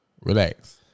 relax